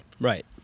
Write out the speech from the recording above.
Right